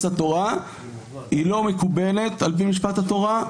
התורה היא לא מקובלת על פי משפט התורה,